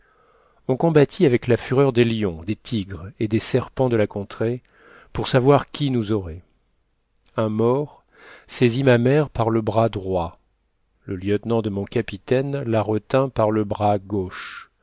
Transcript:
on combattit avec la fureur des lions des tigres et des serpents de la contrée pour savoir qui nous aurait un maure saisit ma mère par le bras droit le lieutenant de mon capitaine la retint par le bras gauche